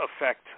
affect